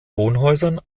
wohnhäusern